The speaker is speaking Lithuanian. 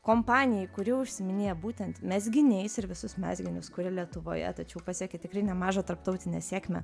kompanijai kuri užsiiminėja būtent mezginiais ir visus mezginius kuria lietuvoje tačiau pasiekė tikrai nemažą tarptautinę sėkmę